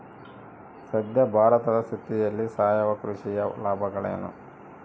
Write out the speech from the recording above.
ಸದ್ಯ ಭಾರತದ ಸ್ಥಿತಿಯಲ್ಲಿ ಸಾವಯವ ಕೃಷಿಯ ಲಾಭಗಳೇನು?